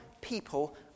people